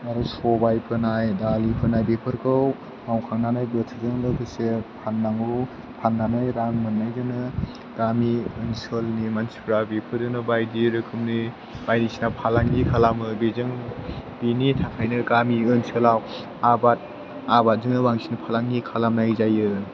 आरो सबाय फोनाय दालि फोनाय बेफोरखौ मावखांनानै बोथोरजों लोगोसे फाननांगौ फाननानै रां मोननायजोंनो गामि ओनसोलनि मानसिफोरा बेफोर बायदि रोखोमनि बायदिसिना फालांगि खालामो बेनिथाखायनो गामि ओनसोलाव आबादजोंनो बांसिन फालांगि खालामनाय जायो